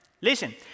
Listen